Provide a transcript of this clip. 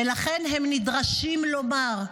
ולכן הם נדרשים לומר: